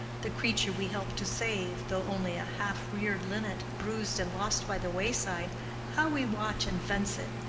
the creature we help to save, though only a half-reared linnet, bruised and lost by the wayside how we watch and fence it,